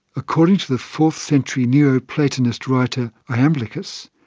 according to the fourth century neo-platonist writer iamblichus,